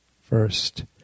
First